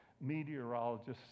meteorologists